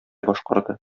башкарды